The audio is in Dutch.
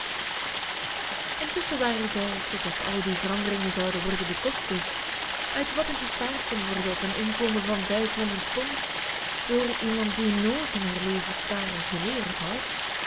intusschen waren zij totdat al die veranderingen zouden worden bekostigd uit wat er gespaard kon worden op een inkomen van vijfhonderd pond door iemand die nooit in haar leven sparen geleerd had